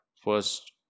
first